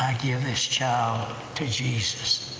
give this child to jesus,